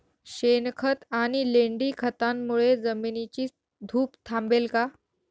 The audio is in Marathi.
शेणखत आणि लेंडी खतांमुळे जमिनीची धूप थांबेल का?